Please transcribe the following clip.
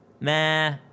Nah